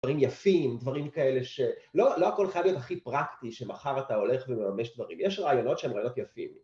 דברים יפים, דברים כאלה שלא הכל חייב להיות הכי פרקטי שמחר אתה הולך ומממש דברים, יש רעיונות שהן רעיונות יפים.